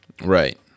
Right